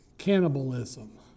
Cannibalism